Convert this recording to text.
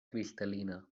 cristal·lina